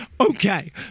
Okay